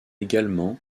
également